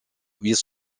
huit